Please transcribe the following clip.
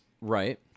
Right